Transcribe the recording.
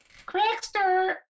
Crackster